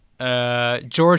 George